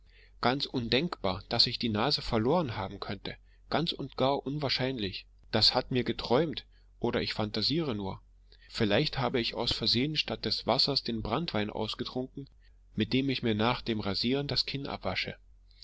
ganz undenkbar daß ich die nase verloren haben könnte ganz und gar unwahrscheinlich das hat mir geträumt oder ich phantasiere nur vielleicht habe ich aus versehen statt des wassers den branntwein ausgetrunken mit dem ich mir nach dem rasieren das kinn